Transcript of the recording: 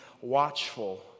watchful